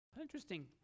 Interesting